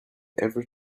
ever